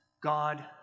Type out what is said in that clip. God